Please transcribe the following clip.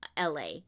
LA